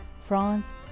France